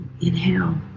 Inhale